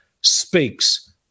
speaks